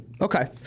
Okay